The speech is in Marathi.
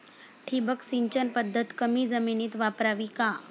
ठिबक सिंचन पद्धत कमी जमिनीत वापरावी का?